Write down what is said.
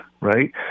right